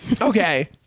Okay